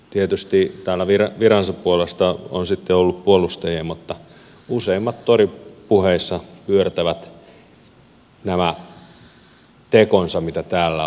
tietysti täällä virkansa puolesta on sitten ollut puolustajia mutta useimmat toripuheissa pyörtävät nämä tekonsa mitä täällä on